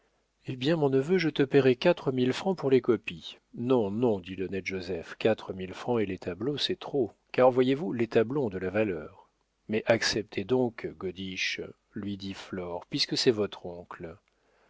eh bien mon neveu je te payerai quatre mille francs pour les copies non non dit l'honnête joseph quatre mille francs et les tableaux c'est trop car voyez-vous les tableaux ont de la valeur mais acceptez donc godiche lui dit flore puisque c'est votre oncle